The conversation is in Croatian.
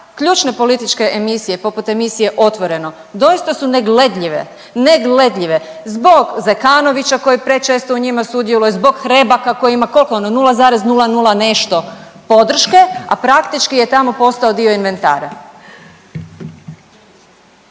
ključne političke emisije poput emisije Otvoreno doista su ne gledljive, ne gledljive zbog Zekanovića koji prečesto u njima sudjeluje, zbog Hrebaka koji ima koliko ono 0,00 nešto podrške, a praktički je tamo postao dio inventara.